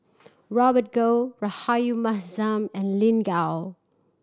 Robert Goh Rahayu Mahzam and Lin Gao